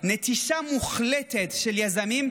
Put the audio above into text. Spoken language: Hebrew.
נטישה מוחלטת של יזמים,